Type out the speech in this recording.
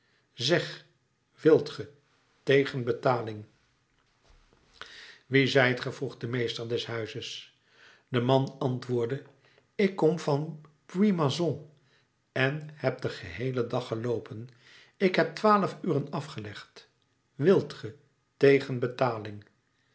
zeg wilt ge tegen betaling wie zijt ge vroeg de meester des huizes de man antwoordde ik kom van puy moisson en heb den geheelen dag geloopen ik heb twaalf uren afgelegd wilt ge tegen betaling